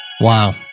Wow